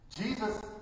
Jesus